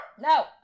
no